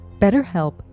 BetterHelp